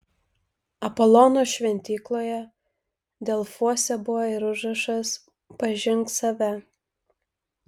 apolono šventykloje delfuose buvo ir užrašas pažink save